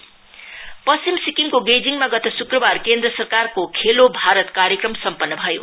Khelo Bharat west पश्चिम सिक्किमको गेजिङमा गत शुक्रवार केन्द्र सरकारको खेलो भारत कार्यक्रम सम्पन्न भयो